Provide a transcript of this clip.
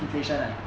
inflation right